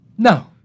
No